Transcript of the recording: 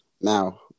Now